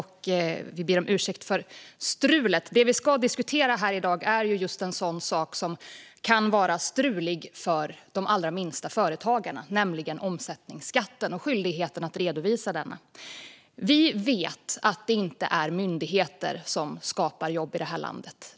Herr talman! Det vi ska diskutera här i dag är en sak som kan vara strulig för de allra minsta företagarna, nämligen omsättningsskatten och skyldigheten att redovisa den. Vi vet att det inte är myndigheter som skapar jobb i det här landet.